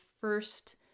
first